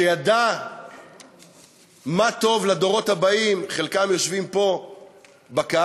שידע מה טוב לדורות הבאים, וחלקם יושבים פה בקהל,